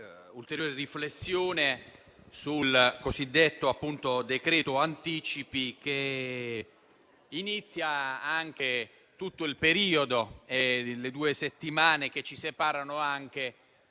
ulteriore riflessione sul cosiddetto decreto anticipi, che inizia tutto il periodo delle due settimane che ci separano dalla